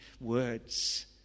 words